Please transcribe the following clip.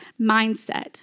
mindset